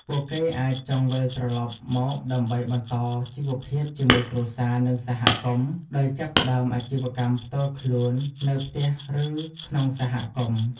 ពួកគេអាចចង់វិលត្រឡប់មកដើម្បីបន្តជីវភាពជាមួយគ្រួសារ និងសហគមន៍ ដោយចាប់ផ្តើមអាជីវកម្មផ្ទាល់ខ្លួននៅផ្ទះឬក្នុងសហគមន៍។